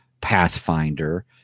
Pathfinder